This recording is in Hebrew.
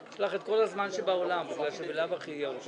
כפי שהקריא היועץ